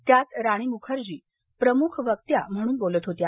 त्यात राणी मुखर्जी प्रमुख वक्त्या म्हणून बोलत होत्या